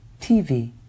TV